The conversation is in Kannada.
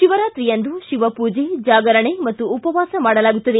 ಶಿವರಾತ್ರಿಯಂದು ಶಿವಪೂಜೆ ಜಾಗರಣೆ ಮತ್ತು ಉಪವಾಸ ಮಾಡಲಾಗುತ್ತದೆ